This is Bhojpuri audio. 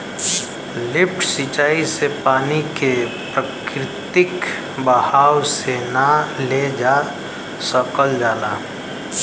लिफ्ट सिंचाई से पानी के प्राकृतिक बहाव से ना ले जा सकल जाला